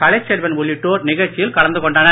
கலைச்செல்வன் உள்ளிட்டோர் நிகழ்ச்சியில் கலந்து கொண்டனர்